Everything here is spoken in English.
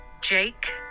Jake